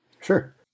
Sure